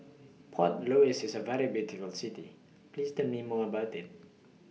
Port Louis IS A very beautiful City Please Tell Me More about IT